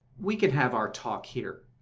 we can have our talk here.